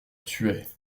tuait